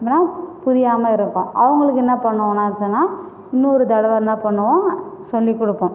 அப்படினா புரியாமல் இருக்கும் அவங்களுக்கு என்னா பண்ணுவேன் நான் சொன்னால் இன்னொரு தடவை என்னா பண்ணுவோம் சொல்லிக் கொடுப்போம்